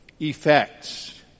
effects